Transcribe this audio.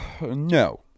no